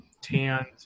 tanned